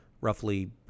roughly